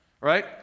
right